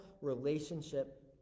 relationship